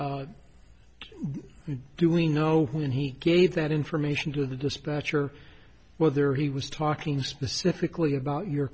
and do we know who he gave that information to the dispatcher whether he was talking specifically about your